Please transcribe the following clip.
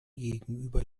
gegenüber